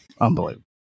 Unbelievable